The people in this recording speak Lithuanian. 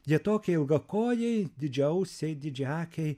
jie tokie ilgakojai didžiaausiai didžiaakiai